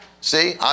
See